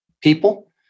people